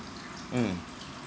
mm